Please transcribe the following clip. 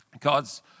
God's